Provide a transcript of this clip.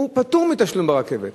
פוטר מתשלום ברכבת,